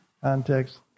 Context